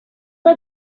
pas